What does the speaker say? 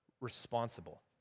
responsible